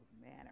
manner